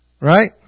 Right